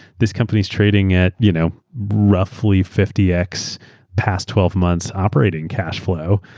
this company is trading at you know roughly fifty x past twelve months operating cash flow.